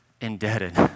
indebted